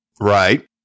right